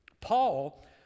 Paul